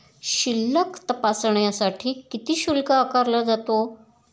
शिल्लक तपासण्यासाठी किती शुल्क आकारला जातो?